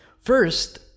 First